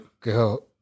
Go